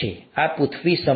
આ પૃથ્વી સંભવતઃ 4